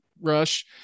rush